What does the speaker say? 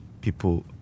people